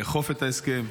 לאכוף את ההסכם,